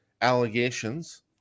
allegations